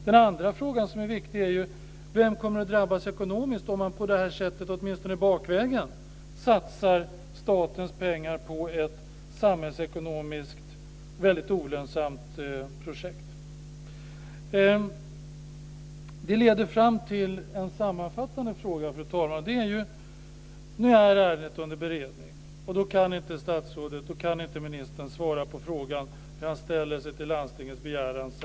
Den andra viktiga frågan är vem som kommer att drabbas ekonomiskt om man på det här sättet åtminstone bakvägen satsar statens pengar på ett samhällsekonomiskt väldigt olönsamt projekt. Fru talman! Detta leder fram till en sammanfattande fråga. Ärendet är nu under beredning, och ministern säger att han då inte kan svara på frågan hur han ställer sig till landstingets begäran.